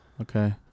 Okay